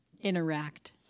interact